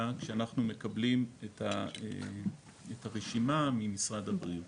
כשאנחנו מקבלים את הרשימה ממשרד הבריאות?